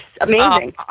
amazing